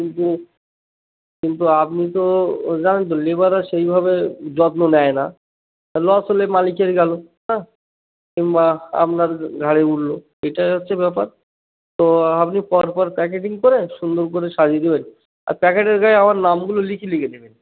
কিন্তু কিন্তু আপনি তো জানেন তো লেবাররা আর সেইভাবে যত্ন নেয় না লস হলে মালিকের গেলো হ্যাঁ কিংবা আপনার ঘাড়ে উঠলো এটাই হচ্ছে ব্যাপার তো আপনি পর পর প্যাকেটিং করে সুন্দর করে সাজিয়ে দেবেন আর প্যাকেটের গায়ে আমার নামগুলো লিখি লিখে নেবেন